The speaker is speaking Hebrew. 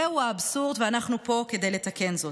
זה אבסורד, ואנחנו פה כדי לתקן זאת.